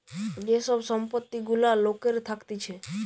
যে সব সম্পত্তি গুলা লোকের থাকতিছে